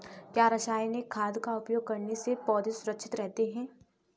क्या रसायनिक खाद का उपयोग करने से पौधे सुरक्षित रहते हैं?